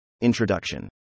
Introduction